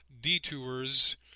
detours